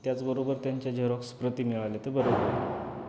त्याचबरोबर त्यांच्या झेरॉक्स प्रती मिळाल्या तर बरं होईल